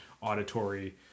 auditory